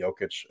Jokic